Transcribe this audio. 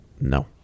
no